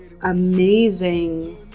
amazing